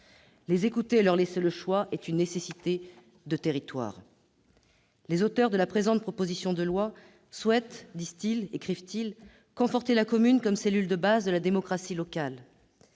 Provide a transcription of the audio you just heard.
Les écouter et leur laisser le choix est une nécessité de territoire. Les auteurs de la présente proposition de loi souhaitent, disent-ils, conforter la commune comme cellule de base de la démocratie locale.